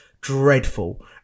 dreadful